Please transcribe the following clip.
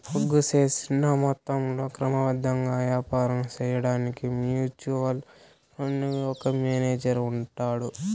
పోగు సేసిన మొత్తంలో క్రమబద్ధంగా యాపారం సేయడాన్కి మ్యూచువల్ ఫండుకు ఒక మేనేజరు ఉంటాడు